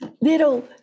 little